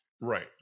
Right